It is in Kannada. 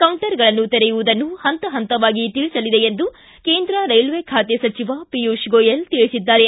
ಕೌಂಟರ್ಗಳನ್ನು ತೆರೆಯುವುದನ್ನು ಪಂತ ಪಂತವಾಗಿ ತಿಳಿಸಲಿದೆ ಎಂದು ಕೇಂದ್ರ ರೈಜ್ಜೆ ಖಾತೆ ಸಚಿವ ಪಿಯುಷ್ ಗೊಯೇಲ್ ತಿಳಿಸಿದ್ದಾರೆ